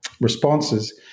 responses